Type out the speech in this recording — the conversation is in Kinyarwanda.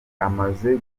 amaze